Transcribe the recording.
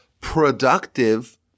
productive